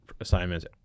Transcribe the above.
assignments